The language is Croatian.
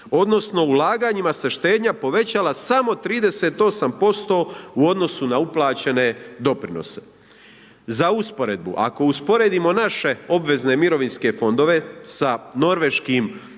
odnosno ulaganjima se štednja povećala samo 38% u odnosu na uplaćene doprinose. Za usporedbu, ako usporedimo naše obvezne mirovinske fondove sa norveškim